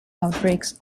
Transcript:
outbreaks